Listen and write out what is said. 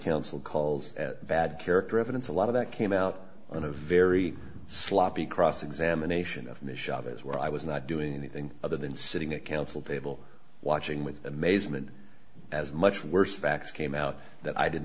counsel calls bad character evidence a lot of that came out in a very sloppy cross examination of his where i was not doing anything other than sitting at counsel be able watching with amazement as much worse facts came out that i did